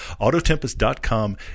AutoTempest.com